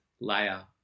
layer